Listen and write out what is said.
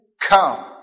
come